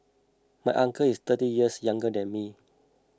my uncle is thirty years younger than me